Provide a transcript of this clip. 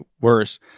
worse